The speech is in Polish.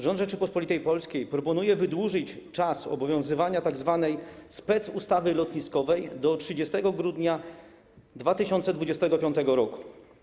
Rząd Rzeczypospolitej Polskiej proponuje wydłużyć czas obowiązywania tzw. specustawy lotniskowej do 30 grudnia 2025 r.